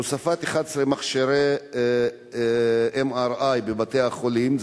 השאלה היא: הוספת 11 מכשירי MRI בבתי-החולים בשנה האחרונה,